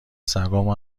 سگامو